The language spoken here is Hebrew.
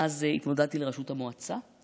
והתמודדתי לראשות המועצה.